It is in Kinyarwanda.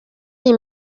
iyi